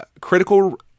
critical